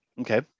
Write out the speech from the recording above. Okay